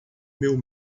meu